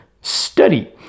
study